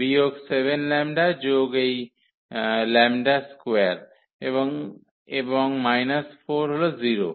বিয়োগ 7λ যোগ এই λ স্কোয়ার এবং এবং - 4 হল 0